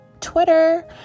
Twitter